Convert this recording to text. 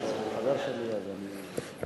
הוא חבר שלי, אז אני,